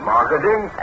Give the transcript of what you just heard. Marketing